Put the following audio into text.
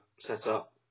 setup